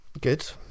Good